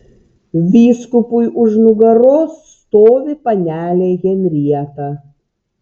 vyskupui už nugaros stovi panelė henrieta